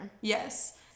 Yes